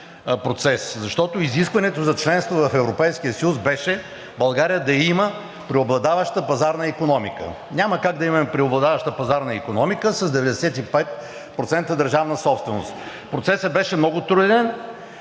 защото изискването за членство в Европейския съюз беше България да има преобладаваща пазарна икономика. Няма как да имаме преобладаваща пазарна икономика с 95% държавна собственост. Процесът беше много труден.